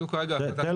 זו כרגע ההחלטה.